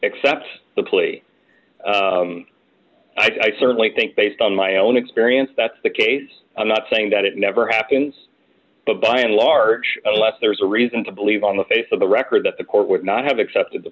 ccept the plea i certainly think based on my own experience that's the case i'm not saying that it never happens but by and large the less there is a reason to believe on the face of the record that the court would not have accepted the